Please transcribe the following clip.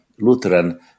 Lutheran